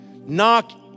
knock